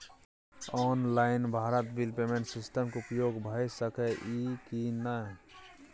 Online Bharat bill payment system के उपयोग भ सके इ की नय?